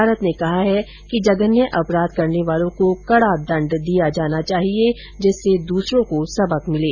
भारत ने कहा है कि जघन्य अपराध करने वालों को कड़ा दंड दिया जाना चाहिए जिससे दूसरों को सबक मिले